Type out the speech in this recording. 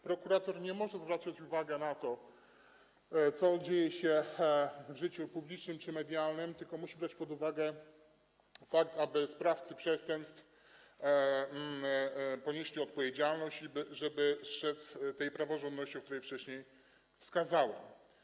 Prokurator nie może zwracać uwagi na to, co się dzieje w życiu publicznym czy medialnym, tylko musi brać pod uwagę to, aby sprawcy przestępstw ponieśli odpowiedzialność, żeby strzec tej praworządności, o której wcześniej mówiłem.